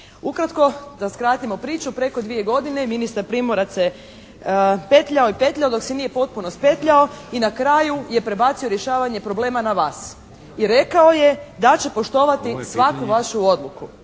Ukratko da skratimo priču. Preko dvije godine ministar Primorac se petljao i petljao dok se nije potpuno spetljao i na kraju je prebacio rješavanje problema na vas i rekao je da će poštovati svaku vašu odluku.